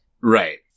Right